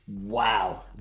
Wow